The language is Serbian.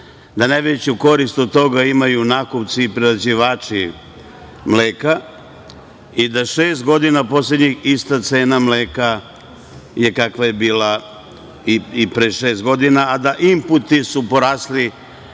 da najveću korist od toga imaju nakupci i prerađivači mleka i da je šest poslednjih godina ista cena mleka kakva je bila i pre šest godina, a da su imputi porasli